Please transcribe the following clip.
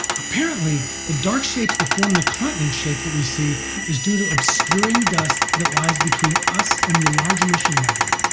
apparently the dark shapes that form the continent shape that we see is due to obscuring dust that lies between us and the large emission nebula.